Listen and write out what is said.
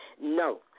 No